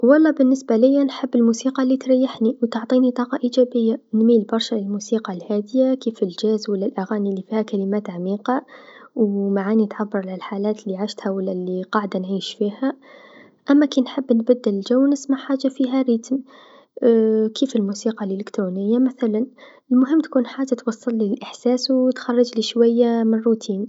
و الله نحب الموسيقى لتريحني و تعطيني الطاقه الإيجابيه، نميل برشا للموسيقى الهاديه كيف الجاز و لا الأغاني لفيها كلمات عميقه و معاني تعبر على الحالات لعشتها و لا لقاعده نعيش فيها أما كنحب نبدل جو نسمع حاجه فيها ريتم كيف الموسيقى الإلكترونيه مثلا، المهم تكون حاجه توصلي للإحساس و تخرجلي شويا من الروتين.